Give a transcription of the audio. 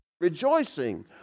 rejoicing